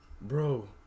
bro